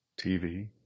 TV